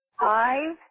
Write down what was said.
five